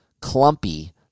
clumpy